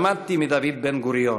למדתי מדוד בן-גוריון.